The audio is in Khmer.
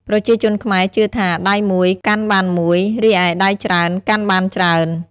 ប្រជាជនខ្មែរជឿថា “ដៃមួយ កាន់បានមួយ រីឯដៃច្រើន កាន់បានច្រើន”។